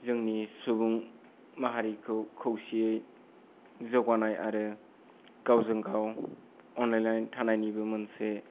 जोंनि सुबुं माहारिखौ खौसेयै जौगानाय आरो गावजों गाव अनलायना थानायनिबो मोनसे